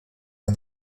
and